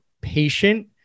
patient